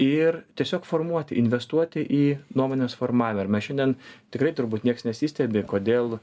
ir tiesiog formuoti investuoti į nuomonės formavimą ir mes šiandien tikrai turbūt nieks nesistebi kodėl